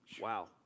Wow